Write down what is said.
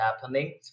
happening